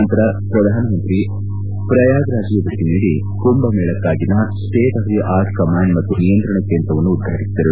ನಂತರ ಪ್ರಧಾನಮಂತ್ರಿ ಪ್ರಯಾಗ್ರಾಜ್ಗೆ ಭೇಟಿ ನೀಡಿ ಕುಂಭ ಮೇಳಕ್ಕಾಗಿನ state of the art command ಮತ್ತು ನಿಯಂತ್ರಣ ಕೇಂದ್ರವನ್ನು ಉದ್ವಾಟಿಸಿದರು